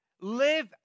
live